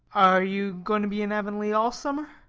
are you going to be in avonlea all summer?